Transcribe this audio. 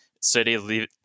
city